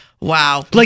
Wow